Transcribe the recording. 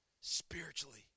spiritually